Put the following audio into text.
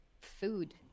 food